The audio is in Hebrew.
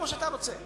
נתקן כמו שאתה רוצה.